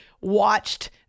watched